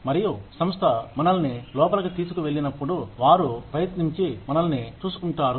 మరియు సంస్థ మనల్ని లోపలికి తీసుకువెళ్ళినప్పుడు వారు ప్రయత్నించి మనల్ని చూసుకుంటారు